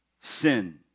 sin